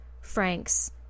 Frank's